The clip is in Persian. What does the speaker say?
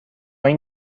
این